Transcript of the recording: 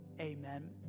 Amen